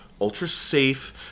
ultra-safe